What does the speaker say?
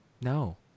No